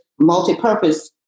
multi-purpose